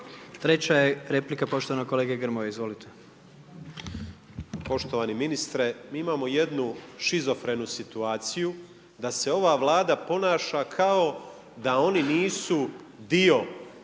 Treća je replika poštovanog kolege Grmoje, izvolite. **Grmoja, Nikola (MOST)** Poštovani ministre, mi imamo jednu shizofrenu situaciju, da se ova vlada ponaša kao da oni nisu dio